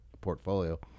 portfolio